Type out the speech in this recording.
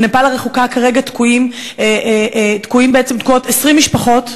בנפאל הרחוקה כרגע תקועות 20 משפחות.